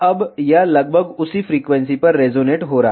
अब यह लगभग उसी फ्रीक्वेंसी पर रेजोनेट हो रहा है